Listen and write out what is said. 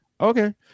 okay